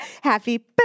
happy